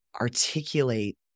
articulate